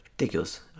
Ridiculous